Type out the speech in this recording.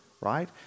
right